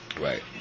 Right